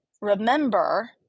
remember